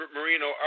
Marino